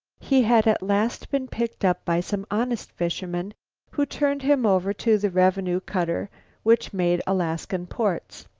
he had at last been picked up by some honest fishermen who turned him over to the revenue cutter which made alaskan ports.